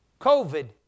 COVID